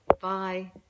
Bye